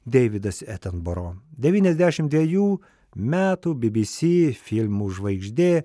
deividas etamboro devyniasdešimt dvejų metų bbc filmų žvaigždė